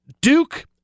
Duke